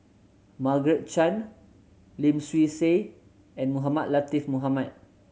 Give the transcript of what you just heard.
Margaret Chan Lim Swee Say and Mohamed Latiff Mohamed